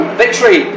victory